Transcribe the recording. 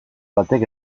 batek